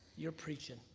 you're preaching.